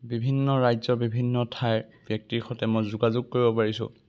বিভিন্ন ৰাজ্যৰ বিভিন্ন ঠাইৰ ব্যক্তিৰ সৈতে মই যোগাযোগ কৰিব পাৰিছোঁ